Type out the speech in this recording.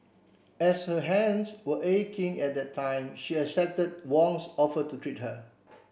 as her hands were aching at that time she accepted Wong's offer to treat her